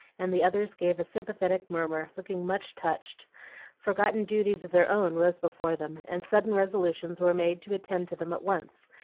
and the others gave a sympathetic murmur, looking much touched forgotten duties of their own rose before them, and sudden resolutions were made to attend to them at once,